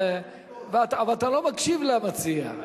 ואתה לא מקשיב למציע.